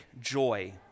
joy